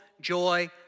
joy